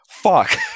fuck